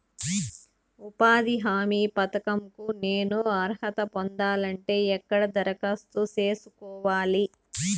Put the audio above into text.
ఉపాధి హామీ పథకం కు నేను అర్హత పొందాలంటే ఎక్కడ దరఖాస్తు సేసుకోవాలి?